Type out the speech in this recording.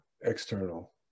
external